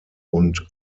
und